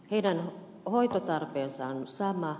heidän hoitotarpeensa on sama